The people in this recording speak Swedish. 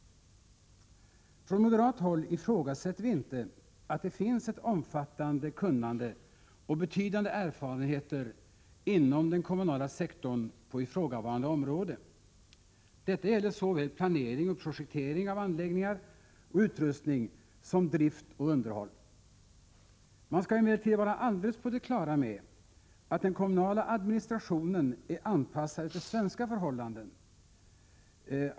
Från moderat håll ifrågasätter vi inte att det finns ett omfattande kunnande och betydande erfarenheter inom den kommunala sektorn på ifrågavarande område. Detta gäller såväl planering och projektering av anläggningar och utrustning som drift och underhåll. Man skall emellertid vara alldeles på det klara med att den kommunala administrationen är anpassad efter svenska förhållanden.